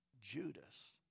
Judas